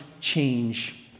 change